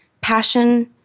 passion